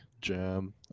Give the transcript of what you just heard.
jam